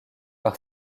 par